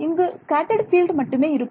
இங்கு scattered field மட்டுமே இருக்கும்